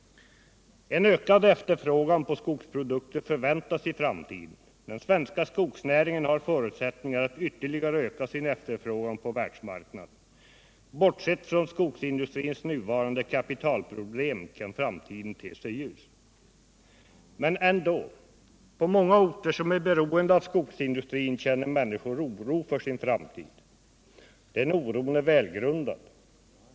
En ökad efterfrågan på skogsprodukter förväntas i framtiden. Den svenska skogsnäringen har förutsättningar att ytterligare öka efterfrågan på sina produkter på världsmarknaden. Bortsett från skogsindustrins nuvarande kapitalproblem kan framtiden te sig ljus. Men ändå — på många orter som är beroende av skogsindustrin känner människorna oro för sin framtid. Den oron är välgrundad.